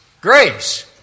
grace